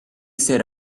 set